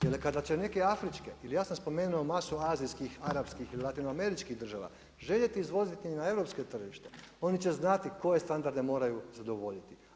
Jer kada će neke afričke, jer ja sam spomenuo masu azijskih, arapskih i latinoameričkih država, željeti izvoziti i na europske tržište, oni će znati koje standarde moraju zadovoljiti.